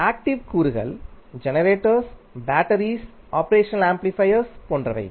active கூறுகள் ஜெனரேட்டர்கள் battery operational amplifiers போன்றவை